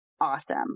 awesome